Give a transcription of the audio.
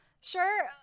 sure